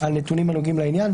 על נתונים הנוגעים לעניין,